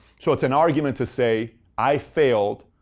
so it's an argument to say, i failed,